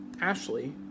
Ashley